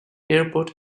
airport